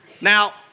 Now